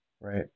Right